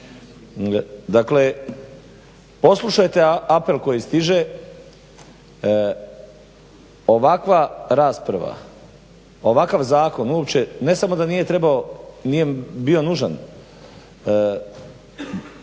Dakle poslušajte apel koji stiže. Ovakva rasprava, ovakav zakon uopće ne samo da nije trebao,